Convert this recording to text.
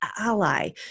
ally